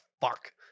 fuck